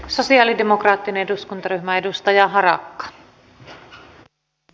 sosialidemokraattien eduskuntaryhmä edustaja harakka o tukensa